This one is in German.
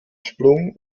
sprung